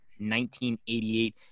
1988